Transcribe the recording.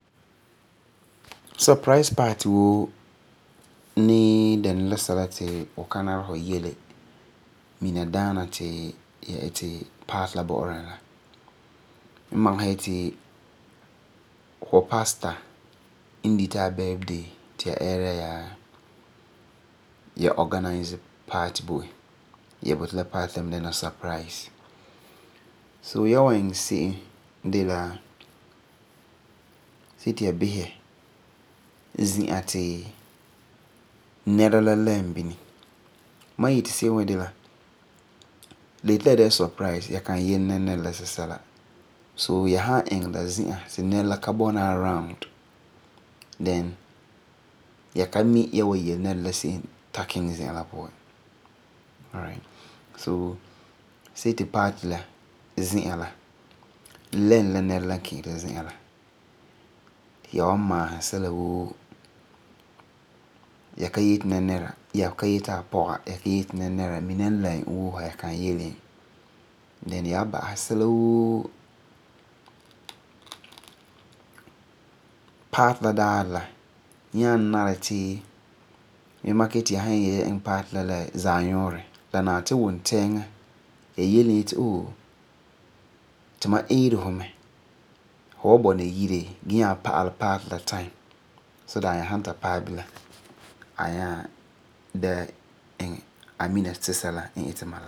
Surprise party woo ni dɛna la sɛla ti fu ka nara fu yele mina daana ti y yeti ya iŋɛ party la bo'ora e la. N masgesɛ yeti fu pastor n diti a birthday ti ya ɛɛra ya organize party bo e. Ya boti la party la mi dɛna surprise. So, ya wan iŋɛ se'em dela see ti ya bisɛ zi'an ti nɛra la lɛm bini. Ma yeti se'em wa de la, la yeti la dɛna la surprise, ya kan yele nɛra la sesela. So, ya san iŋɛ la zi'an ti nɛra la ka bɔna around, then ya ka mi ya wa yele nɛra la se'em ta kiŋɛ zi'an la puan. Party la daarɛ la, la nari ti wuntɛɛŋa ya yele e yeti tuma eeri fu mɛ, gee nyaa pa'alɛ party la time so that a nyaa san ta paɛ zina, a nyaa mina ti sɛla n it n bala.